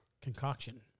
Concoction